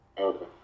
Okay